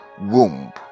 womb